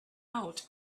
out